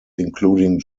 including